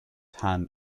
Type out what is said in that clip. hand